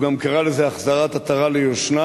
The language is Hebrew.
הוא גם קרא לזה "החזרת עטרה ליושנה",